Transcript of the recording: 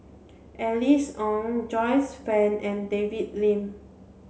Alice Ong Joyce Fan and David Lim